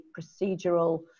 procedural